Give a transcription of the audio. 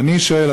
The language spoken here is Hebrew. ואני שואל,